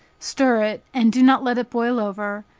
stir it, and do not let it boil over,